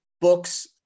books